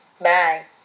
Bye